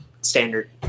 standard